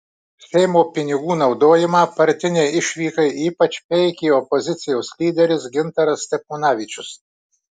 seimo pinigų naudojimą partinei išvykai ypač peikė opozicijos lyderis gintaras steponavičius